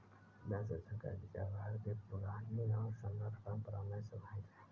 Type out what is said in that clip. धन सृजन का विचार भारत की पुरानी और समृद्ध परम्परा में समाहित है